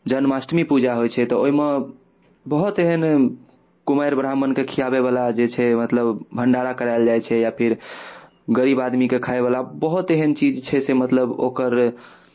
जन्माष्टमी पूजा होइ छै तऽ ओहिमे बहुत एहन कुमारि ब्राह्मणकेँ खिआबयवला जे छै मतलब भण्डारा करायल जाइ छै या फिर गरीब आदमीके खायवला बहुत एहन चीज छै से मतलब ओकर